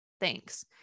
Thanks